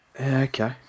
okay